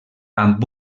amb